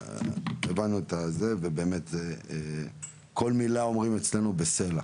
הבנו את זה, ובאמת כל מילה, אומרים אצלנו, בסלע.